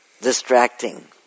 distracting